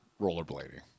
rollerblading